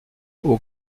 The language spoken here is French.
aux